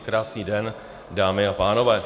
Krásný den, dámy a pánové.